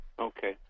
Okay